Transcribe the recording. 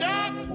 up